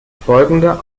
folgende